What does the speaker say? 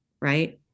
right